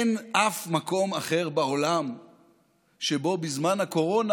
אין אף מקום אחר בעולם שבו בזמן הקורונה